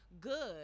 good